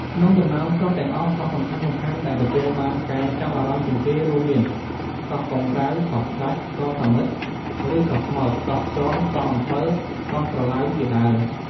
ក្នុងចំណោមកោះទាំងអស់ កោះសំខាន់ៗដែលទទួលបានការចាប់អារម្មណ៍ជាងគេ រួមមាន កោះកុងក្រៅ កោះស្តេច កោះសាមិត្ត ឬ កោះខ្មោច កោះខ្យង កោះអំពិល កោះស្រឡៅជាដើម។